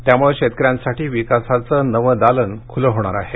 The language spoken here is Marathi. त्यामुळं शेतकऱ्यांसाठी विकासाचं नाव दालन खुलं होणार आहे